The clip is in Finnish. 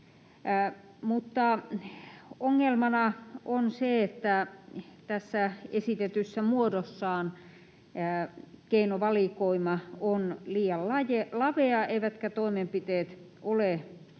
mutta ongelmana on se, että tässä esitetyssä muodossaan keinovalikoima on liian lavea eivätkä toimenpiteet ole